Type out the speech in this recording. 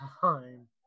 time